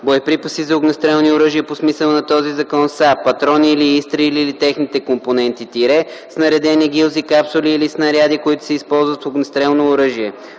Боеприпаси за огнестрелни оръжия по смисъла на този закон са патрони или изстрели или техните компоненти – снарядени гилзи, капсули или снаряди, които се използват в огнестрелно оръжие.